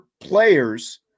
players